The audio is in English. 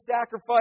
sacrifice